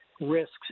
risks